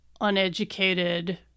uneducated